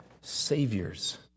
saviors